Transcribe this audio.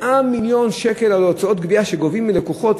100 מיליון שקל על הוצאות גבייה שגובים מלקוחות,